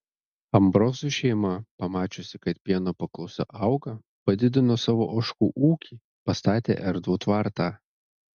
ambrozų šeima pamačiusi kad pieno paklausa auga padidino savo ožkų ūkį pastatė erdvų tvartą